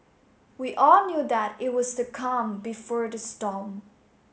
we all knew that it was the calm before the storm